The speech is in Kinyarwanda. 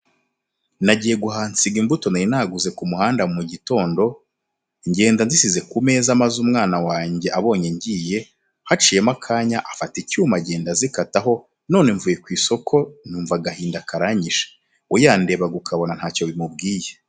Nagiye guhaha nsiga imbuto nari naguze ku muhanda mu gitondo, ngenda nzisize ku meza maze umwana wanjye abonye ngiye, haciyemo akanya afata icyuma agenda azikataho none mvuye ku isoko numva agahinda karanyishe. We yandebaga ukabona ntacyo bimubwiye.